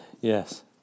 Yes